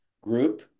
group